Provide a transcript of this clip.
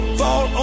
fall